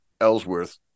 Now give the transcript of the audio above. Ellsworth